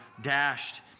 dashed